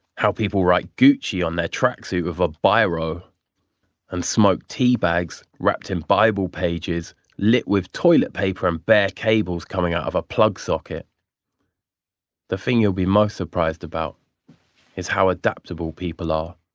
how people write gucci on their tracksuit with a biro and smoke teabags wrapped in bible pages lit with toilet paper and bare cables coming out of a plug socket the thing you'll be most surprised about is how adaptable people are.